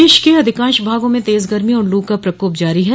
प्रदेश के अधिकांश भागों में तेज गर्मी और लू का प्रकोप जारी है